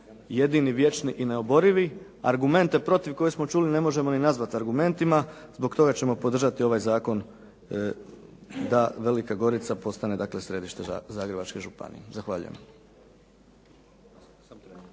jedini, vječni i neoborivi, argumente protiv koje smo čuli ne možemo ni nazvati argumentima. Zbog toga ćemo podržati ovaj zakon da Velika Gorica postane, dakle središte Zagrebačke županije. Zahvaljujem.